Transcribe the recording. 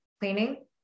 cleaning